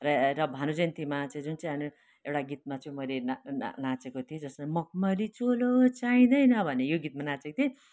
र ए भानु जयन्तीमा चाहिँ जुन चाहिँ एउटा गीतमा चाहिँ मैले ना ना नाचेको थिएँ जसमा मखमली चोलो चाहिँदैन भन्ने यो गीतमा नाचेको थिएँ